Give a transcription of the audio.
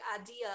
idea